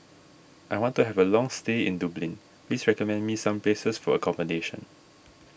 I want to have a long stay in Dublin please recommend me some places for accommodation